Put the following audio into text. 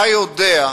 אתה יודע,